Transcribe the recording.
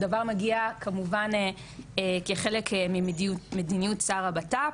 הדבר מגיע כמובן כחלק ממדיניות שר הבט"פ.